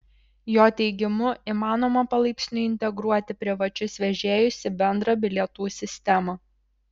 jo teigimu įmanoma palaipsniui integruoti privačius vežėjus į bendrą bilietų sistemą